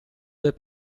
del